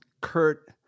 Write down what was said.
Kurt